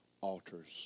altars